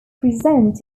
present